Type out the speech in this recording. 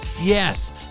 Yes